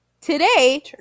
today